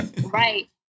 Right